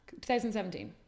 2017